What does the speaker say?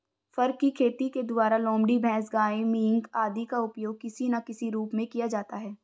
फर की खेती के द्वारा लोमड़ी, भैंस, गाय, मिंक आदि का उपयोग किसी ना किसी रूप में किया जाता है